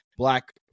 black